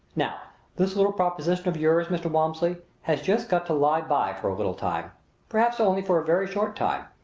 now this little proposition of yours, mr. walmsley, has just got to lie by for a little time perhaps only for a very short time.